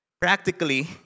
Practically